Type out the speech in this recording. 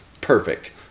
perfect